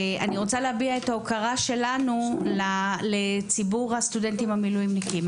ואני רוצה להביע את ההוקרה שלנו לציבור הסטודנטים המילואימניקים.